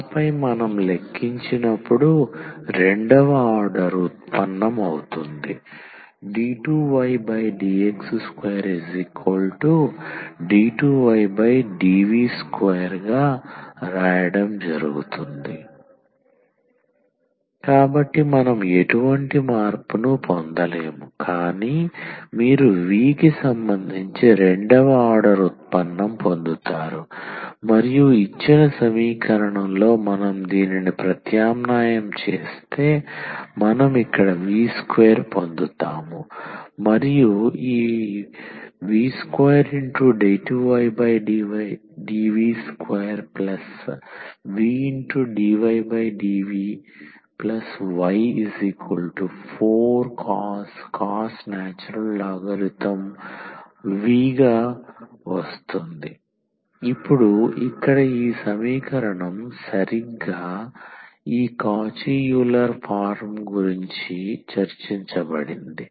ఆపై మనం లెక్కించినప్పుడు రెండవ ఆర్డర్ ఉత్పన్నం అవుతుంది d2ydx2d2ydv2 కాబట్టి మనం ఎటువంటి మార్పును పొందలేము కానీ మీరు v కి సంబంధించి రెండవ ఆర్డర్ ఉత్పన్నం పొందుతారు మరియు ఇచ్చిన సమీకరణంలో మనం దీనిని ప్రత్యామ్నాయం చేస్తే మనం ఇక్కడ v స్క్వేర్ పొందుతాము మరియు v2d2ydv2vdydvy4cos ln v వస్తుంది ఇప్పుడు ఇక్కడ ఈ సమీకరణం సరిగ్గా ఈ కౌచి యూలర్ ఫారమ్ గురించి చర్చించబడింది